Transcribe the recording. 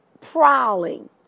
prowling